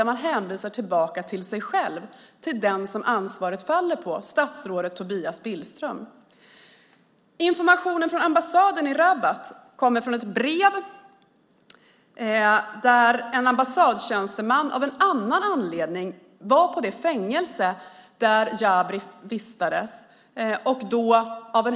Man hänvisar tillbaka till sig själv - till den som ansvaret faller på, statsrådet Tobias Billström. Informationen från ambassaden i Rabat kommer från ett brev. En ambassadtjänsteman var av en annan anledning på det fängelse där Jabri vistades.